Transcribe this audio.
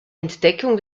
entdeckung